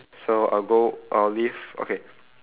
so I'll go I'll leave okay